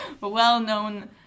well-known